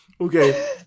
Okay